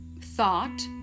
thought